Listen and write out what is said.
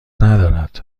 ندارد